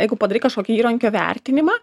jeigu padarai kažkokį įrankio vertinimą